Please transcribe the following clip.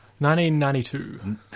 1992